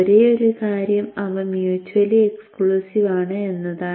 ഒരേയൊരു കാര്യം അവ മ്യൂച്വലി എക്സ്ക്ളൂസീവ് ആണ് എന്നതാണ്